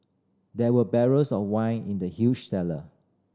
there were barrels of wine in the huge cellar